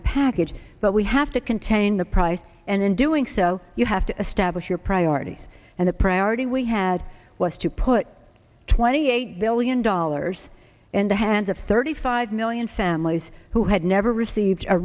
the package but we have to contain the price and in doing so you have to establish your priorities and the priority we had was to put twenty eight billion dollars in the hands of thirty five million families who had never received a